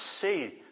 see